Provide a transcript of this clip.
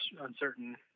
uncertain